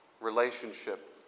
relationship